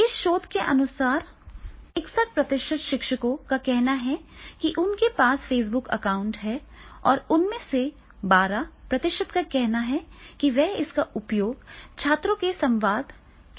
एक शोध के अनुसार 61 प्रतिशत शिक्षकों का कहना है कि उनके पास फेसबुक अकाउंट है और उनमें से 12 प्रतिशत का कहना है कि वे इसका उपयोग छात्रों के साथ संवाद करने के लिए करते हैं